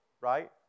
right